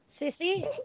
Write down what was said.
Sissy